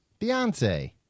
Beyonce